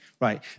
right